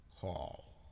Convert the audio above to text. call